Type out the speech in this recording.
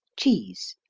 cheese,